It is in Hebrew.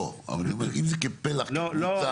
לא, אבל אם זה כפלח, כקבוצה.